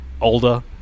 older